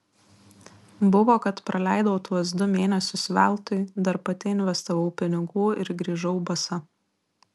buvo kad praleidau tuos du mėnesius veltui dar pati investavau pinigų ir grįžau basa